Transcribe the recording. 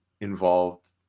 involved